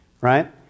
right